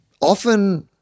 often